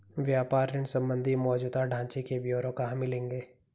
व्यापार ऋण संबंधी मौजूदा ढांचे के ब्यौरे कहाँ मिलेंगे?